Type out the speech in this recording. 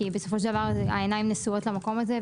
כי בסופו של דבר העיניים נשואות למקום הזה,